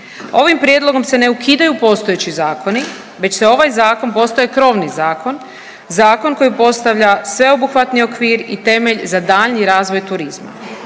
Ovim prijedlogom se ne ukidaju postojeći zakoni već se ovaj zakon, postoji krovni zakon, zakon koji postavlja sveobuhvatni okvir i temelj za daljnji razvoj turizma.